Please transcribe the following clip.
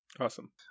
Awesome